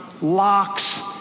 locks